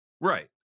right